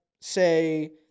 say